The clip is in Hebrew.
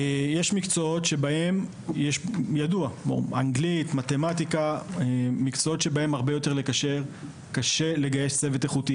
יש מקצועות כמו אנגלית ומתמטיקה שבהם הרבה יותר קשה לגייס צוות איכותי.